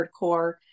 hardcore